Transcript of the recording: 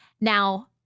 Now